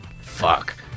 fuck